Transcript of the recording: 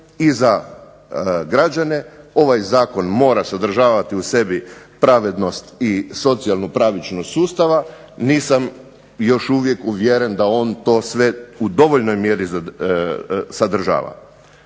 i za građane, ovaj zakon mora sadržavati u sebi pravednost i socijalnu pravičnost sustava. Nisam još uvijek uvjeren da on to sve u dovoljnoj mjeri sadržava.